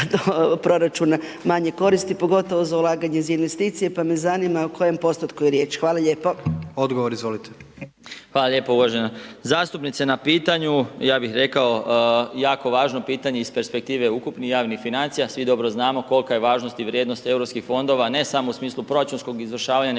proračuna manje koristi, pogotovo za ulaganje u investicije, pa me zanima o kojem postotku je riječ. Hvala lijepo. **Jandroković, Gordan (HDZ)** Odgovor, izvolite. **Marić, Zdravko** Hvala lijepo uvažena zastupnice na pitanju. Ja bih rekao jako važno pitanje iz perspektive ukupnih javnih financija. Svi dobro znamo kolika je važnost i vrijednost europskih fondova, ne samo u smislu proračunskog izvršavanja, nego